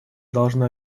должно